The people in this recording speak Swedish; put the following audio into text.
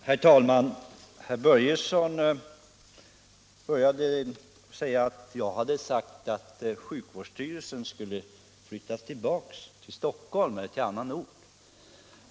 Herr talman! Herr Börjesson i Glömminge började med att påstå att jag hade yttrat att sjukvårdsstyrelsen skulle flyttas tillbaka till Stockholm eller flyttas till annan ort.